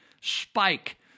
spike